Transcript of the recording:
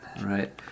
Right